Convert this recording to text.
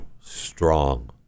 strong